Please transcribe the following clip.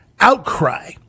outcry